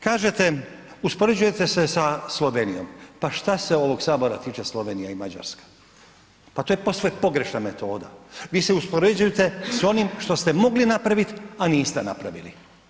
Kažete uspoređujete se sa Slovenijom, pa šta se ovog sabora tiče Slovenija i Mađarska, pa to je posve pogrešna metoda, vi se uspoređujete s onim što ste mogli napraviti, a niste napravili.